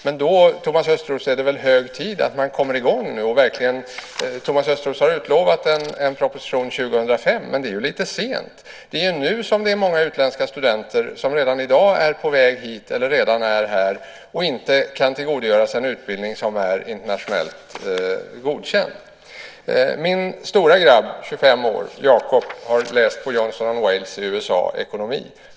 Men då, Thomas Östros, är det väl hög tid att man kommer i gång nu? Thomas Östros har utlovat en proposition 2005, men det är lite sent. Redan i dag är det många utländska studenter som är på väg hit eller redan är här som inte kan tillgodogöra sig en utbildning som är internationellt godkänd. Min stora grabb - Jacob, 25 år - har läst ekonomi på Johnson & Wales i USA.